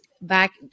back